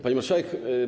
Pani Marszałek!